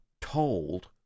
told